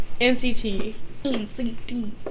NCT